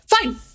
fine